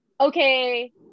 okay